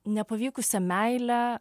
nepavykusią meilę